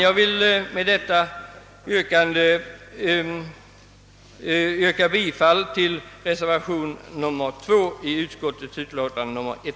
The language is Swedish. Jag kommer att yrka bifall till reservation nr 2 vid utskottsutlåtandet.